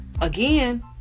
Again